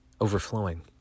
overflowing